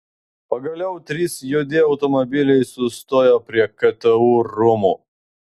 pagaliau trys juodi automobiliai sustojo prie ktu rūmų